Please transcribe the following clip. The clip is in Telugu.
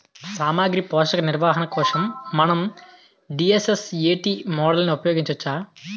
సామాగ్రి పోషక నిర్వహణ కోసం మనం డి.ఎస్.ఎస్.ఎ.టీ మోడల్ని ఉపయోగించవచ్చా?